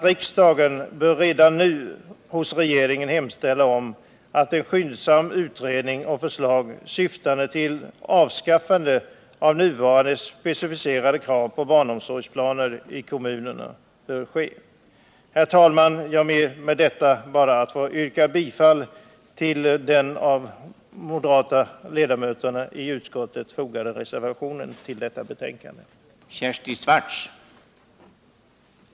Riksdagen bör alltså redan nu hos regeringen hemställa om att en skyndsam utredning och förslag syftande till avskaffande av nuvarande specificerade krav på barnomsorgsplaner i kommunerna bör ske. Herr talman! Jag ber med detta bara att få yrka bifall till den till detta betänkande fogade reservationen av de moderata ledamöterna i utskottet.